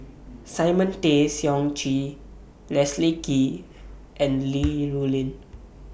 Simon Tay Seong Chee Leslie Kee and Li Rulin